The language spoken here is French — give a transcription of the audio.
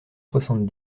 soixante